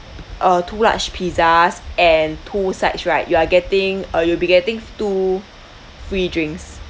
uh two large pizzas and two sides right you are getting uh you'll be getting two free drinks